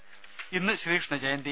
രേര ഇന്ന് ശ്രീകൃഷ്ണജയന്തി